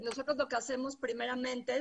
ביניהם נשמרים